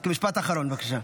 משפט אחרון, בבקשה.